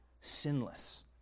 sinless